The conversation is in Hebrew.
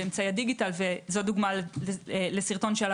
באמצעי דיגיטל וזו דוגמה לסרטון שעלה